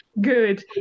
good